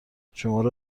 شماره